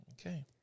Okay